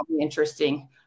interesting